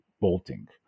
bolting